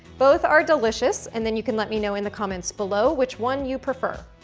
both are delicious and then you can let me know in the comments below which one you prefer.